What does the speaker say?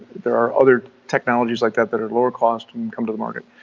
there are other technologies like that, that are lower cost and come to the market.